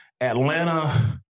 Atlanta